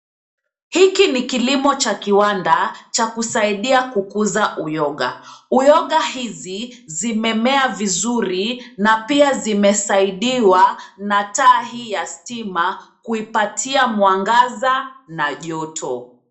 Hiki ni kililmo cha kiwanda cha kusaidia kukuza uyoga. Uyoga hizi zimemea vizuri na pia zimesaidiwa na taa hii ya stima kuipatia mwangaza na joto.